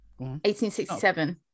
1867